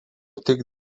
tik